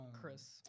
Chris